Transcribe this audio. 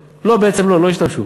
לא, בעצם לא, לא השתמשו.